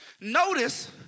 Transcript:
Notice